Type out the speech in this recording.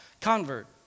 convert